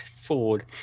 Ford